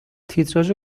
تیتراژ